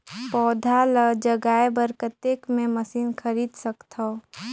पौधा ल जगाय बर कतेक मे मशीन खरीद सकथव?